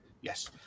Yes